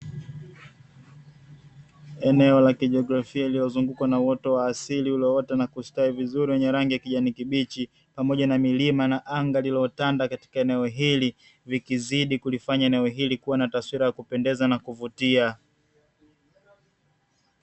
Eneo la kijiografia lililozungukwa na uoto wa asili ulioota na kustawi vizuri wenye rangi ya kijani kibichi, pamoja na milima na anga vilivyotanda katika eneo hili vinavyolifanya eneo hili kuwa na eneo la kupendeza na kuvutia.